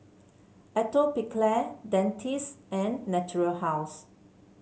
Atopiclair Dentiste and Natura House